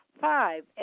Five